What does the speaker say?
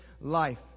life